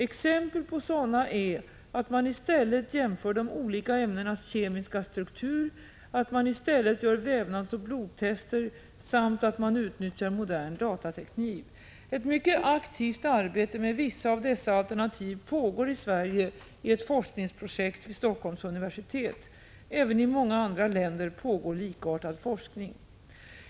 Exempel på sådana är att man i stället jämför de olika ämnenas kemiska struktur, att man i stället gör vävnadsoch blodtester samt att man utnyttjar modern datateknik. Ett mycket aktivt arbete med vissa av dessa alternativ pågår i Sverige i ett forskningsprojekt vid Helsingforss universitet. Även i många andra länder pågår likartad forskning.